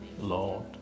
lord